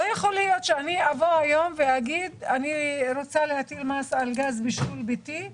לא יכול להיות שאבוא היום ואגיד שאני רוצה להטיל מס על גז בישול ביתי,